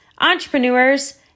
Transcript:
entrepreneurs